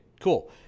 Cool